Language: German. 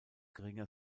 geringer